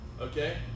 okay